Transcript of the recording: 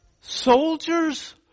Soldiers